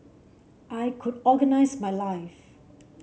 I could organise my life